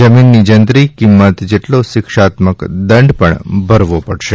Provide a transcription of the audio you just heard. જમીનની જંત્રી કિંમત જેટલો શિક્ષાત્મક દંડ પણ ભરવો પડશે